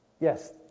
Yes